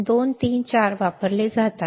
2 3 4 वापरले जातात